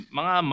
mga